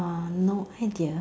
no head gear